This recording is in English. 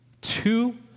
two